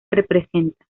representa